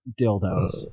dildos